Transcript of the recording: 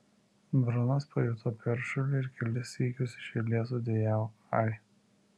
brunas pajuto peršulį ir kelis sykius iš eilės sudejavo ai